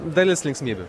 dalis linksmybių